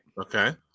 Okay